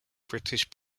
british